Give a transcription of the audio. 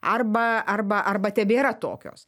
arba arba arba tebėra tokios